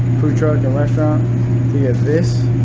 food drug and restaurant to get this